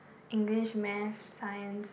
English math science